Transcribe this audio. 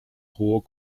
hohe